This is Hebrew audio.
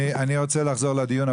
אני רוצה לחזור לדיון,